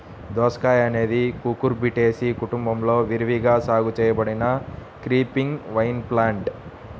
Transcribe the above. దోసకాయఅనేది కుకుర్బిటేసి కుటుంబంలో విరివిగా సాగు చేయబడిన క్రీపింగ్ వైన్ప్లాంట్